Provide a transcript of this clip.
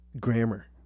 Grammar